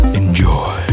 enjoy